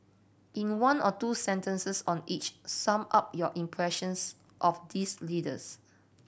in one or two sentences on each sum up your impressions of these leaders